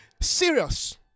serious